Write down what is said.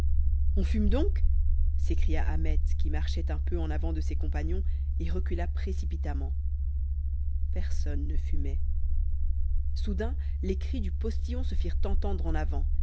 on fume donc s'écria ahmet qui marchait un peu en avant de ses compagnons et recula précipitamment personne ne fumait soudain les cris du postillon se firent entendre en avant